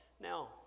Now